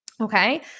Okay